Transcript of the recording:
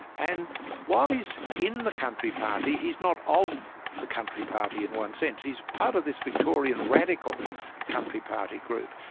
and while he's in the country party, he's not of the country party in one sense. he's part of this victorian radical country party group,